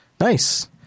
Nice